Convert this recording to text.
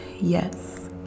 Yes